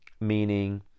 meaning